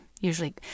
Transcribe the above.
Usually